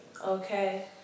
Okay